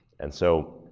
and so,